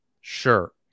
Sure